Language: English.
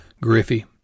Griffey